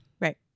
Right